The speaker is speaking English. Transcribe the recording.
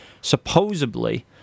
supposedly